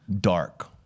dark